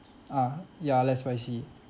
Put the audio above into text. ah ya less spicy